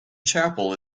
chapel